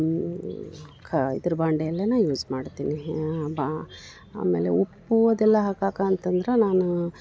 ಕ ಇದ್ರ ಬಾಂಡೆಲೇನೆ ಯೂಸ್ ಮಾಡ್ತೀನಿ ಬ ಆಮೇಲೆ ಉಪ್ಪು ಅದೆಲ್ಲ ಹಾಕೋಕೆ ಅಂತಂದ್ರೆ ನಾನು